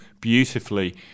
beautifully